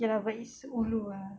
okay lah but it's ulu ah